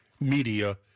media